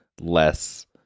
less